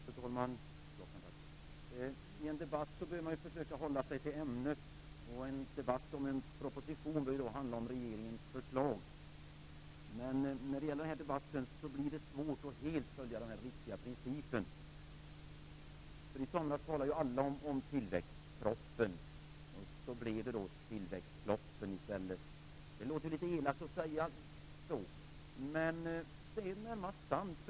Fru talman! I en debatt behöver man försöka hålla sig till ämnet. En debatt om en proposition bör ju då handla om regeringens förslag. Men när det gäller denna debatt blir det svårt att helt följa denna riktiga princip. I somras talade alla om tillväxtproppen. Det blev tillväxtfloppen i stället. Det låter litet elakt att säga så, men det är närmast sant.